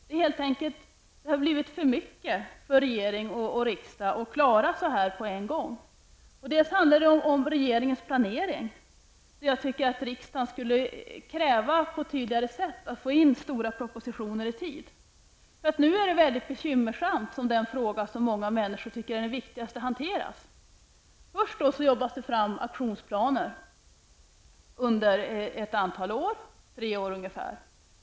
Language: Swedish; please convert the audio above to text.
Det har helt enkelt blivit för mycket för regering och riksdag att klara dessa frågor på en gång. Det handlar om regeringens planering. Jag tycker att riksdagen på ett tydligare sätt skulle kräva att få stora propositioner i tid. Nu är det väldigt bekymmersamt när det gäller den fråga som många människor tycker är den viktigaste. Först jobbar man fram aktionsplaner under ett antal år -- tre år ungefär.